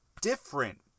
different